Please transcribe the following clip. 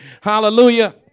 Hallelujah